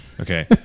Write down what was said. Okay